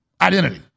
identity